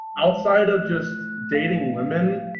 outside of just dating women,